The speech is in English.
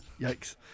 Yikes